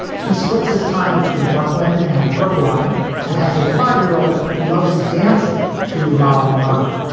he splits his time between brooklyn and brooklyn and has a five year old who loves dancing to la romana.